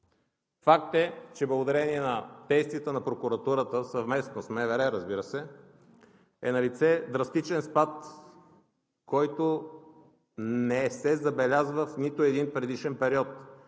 Факт е, че благодарение на действията на прокуратурата, съвместно с МВР, разбира се, е налице драстичен спад, който не се забелязва в нито един предишен период